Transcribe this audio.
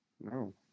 No